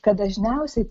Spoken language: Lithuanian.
kad dažniausiai